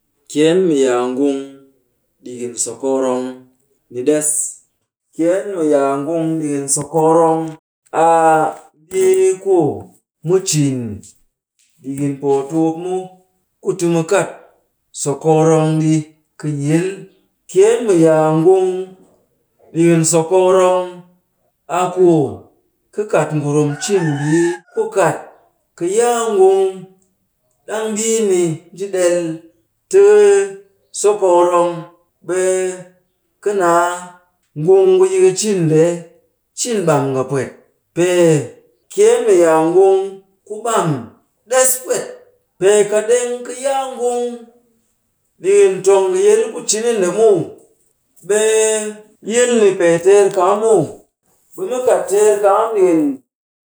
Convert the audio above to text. Kyeen mu yaa ngung ɗikin sokokorong, ni ɗess. Kyeen mu yaa ngung ɗikin sokokorong a mbii ku mu cin ɗikin pootukup mu ku ti mu kat sokokorong ɗi kɨ yil. Kyeen mu yaa ngung ɗikin sokokorong a ku ka kat ngurum cin mbii ku kat ka yaa ngung, ɗang mbii ni nji ɗel ti sokokkorong, ɓe ka naa ngun ku yi ka cin ndee cin ɓam nga pwet. Pee kyeen mu yaa ngung ku ɓam ɗess pwet. Pee kat ɗeng ka yaa ngung ɗikin tong kɨ yil ku cini nde muw, ɓe yil ni pee teer kakam muw. Ɓe ka kat teer kakam dikin.